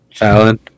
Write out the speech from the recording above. Alan